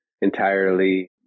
entirely